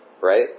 right